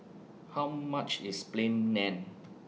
How much IS Plain Naan